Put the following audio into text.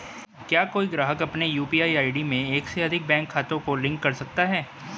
क्या कोई ग्राहक अपने यू.पी.आई में एक से अधिक बैंक खातों को लिंक कर सकता है?